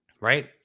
right